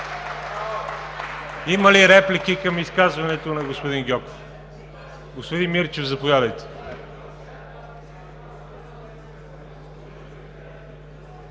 Има ли реплики към изказването на господин Гьоков? Господин Мирчев, заповядайте.